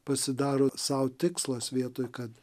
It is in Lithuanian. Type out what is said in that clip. pasidaro sau tikslas vietoj kad